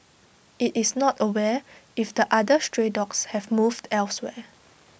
IT is not aware if the other stray dogs have moved elsewhere